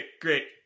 great